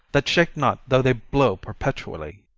that shake not though they blow perpetually.